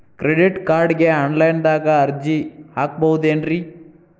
Credit ಕಾರ್ಡ್ಗೆ online ದಾಗ ಅರ್ಜಿ ಹಾಕ್ಬಹುದೇನ್ರಿ?